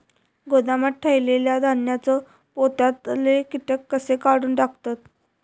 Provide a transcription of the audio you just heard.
गोदामात ठेयलेल्या धान्यांच्या पोत्यातले कीटक कशे काढून टाकतत?